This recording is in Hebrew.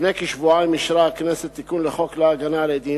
לפני כשבועיים אישרה הכנסת תיקון לחוק להגנה על עדים,